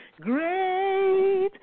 Great